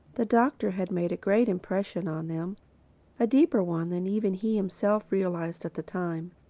the doctor had made a great impression on them a deeper one than even he himself realized at the time.